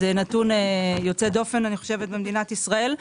זה נתון יוצא דופן, אני חושבת, במדינת ישראל.